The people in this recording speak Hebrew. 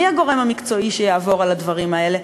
מי הגורם המקצועי שיעבור על הדברים האלה?